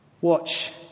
watch